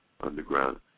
underground